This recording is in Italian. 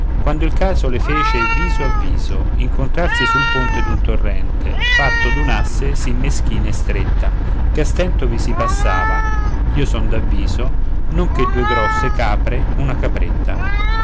quando il caso le fece viso a viso incontrarsi sul ponte d'un torrente fatto d'un'asse sì meschina e stretta che a stento vi passava io son d'avviso non che due grosse capre una capretta